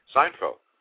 Seinfeld